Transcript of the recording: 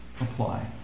apply